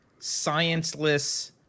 scienceless